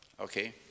okay